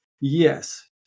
Yes